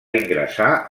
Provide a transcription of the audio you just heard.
ingressar